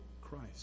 Christ